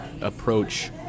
approach